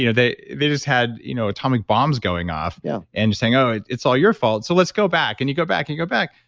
you know they they just had you know atomic bombs going off yeah and just saying, oh, it's all your fault. so let's go back and you go back and you go back.